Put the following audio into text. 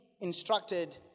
instructed